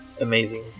amazing